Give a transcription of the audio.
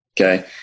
okay